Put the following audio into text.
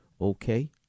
okay